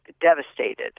devastated